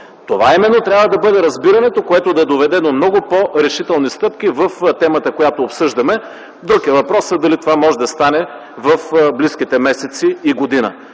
Това именно трябва да бъде разбирането, което да доведе до много по-решителни стъпки в темата, която обсъждаме. Друг е въпросът дали това може да стане в близките месеци и година,